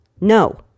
No